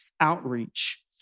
outreach